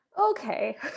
Okay